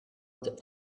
about